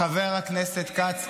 חבר הכנסת כץ,